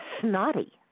snotty